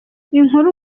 inkuru